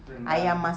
rendang